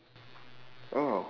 oh